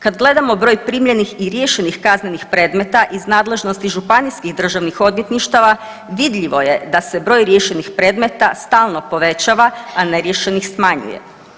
Kad gledamo broj primljenih i riješenih kaznenih predmeta iz nadležnosti županijskih državnih odvjetništava, vidljivo je da se broj riješenih predmeta stalno povećava, a neriješenih smanjuje.